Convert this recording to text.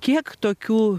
kiek tokių